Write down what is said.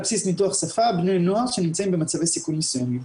בסיס ניתוח שפה בני נוער שנמצאים במצבי סיכון מסוימים.